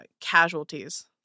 casualties